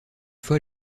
fois